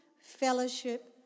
fellowship